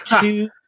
two